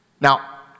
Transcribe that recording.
Now